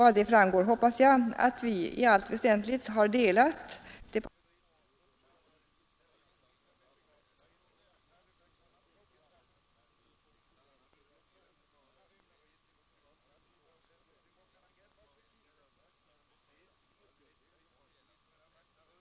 Av detta framgår, hoppas jag, att vi i allt väsentligt har delat departementschefens synpunkter och att de särskilda uttalanden som vi har föreslagit bara något kraftigare vill understryka vissa detaljer. Av detta framgår också att jag yrkar avslag på samtliga reservationer som är fogade till betänkandet och bifall till Kungl. Maj:ts förslag på alla punkter utom under punkten C av utskottets hemställan på s. 19, där vi föreslår ett med 100 000 kronor förhöjt anslag.